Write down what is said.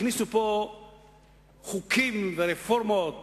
הכניסו פה חוקים ורפורמות